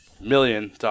million